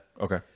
Okay